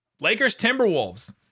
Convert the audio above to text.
Lakers-Timberwolves